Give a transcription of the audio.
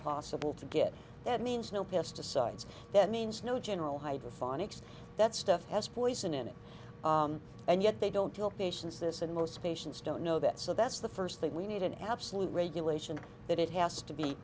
possible to get that means no pesticides that means no general hydro phonics that stuff has poison in it and yet they don't tell patients this and most patients don't know that so that's the first thing we need an absolute regulation that it has to be